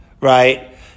right